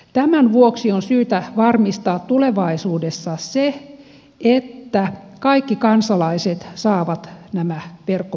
tämän vuoksi on syytä varmistaa tulevaisuudessa se että kaikki kansalaiset saavat nämä verkkopankkitunnukset